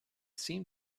seemed